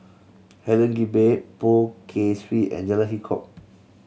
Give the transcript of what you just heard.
Helen Gilbey Poh Kay Swee and Jalan Hitchcock